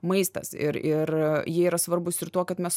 maistas ir ir jie yra svarbūs ir tuo kad mes